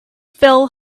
fell